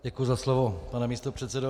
Děkuji za slovo, pane místopředsedo.